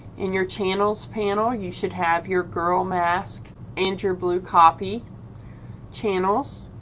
in your channels panel you should have your girl mask and your blue copy channels.